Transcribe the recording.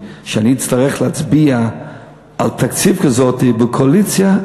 שאני אצטרך להצביע על תקציב כזה בקואליציה,